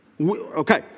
Okay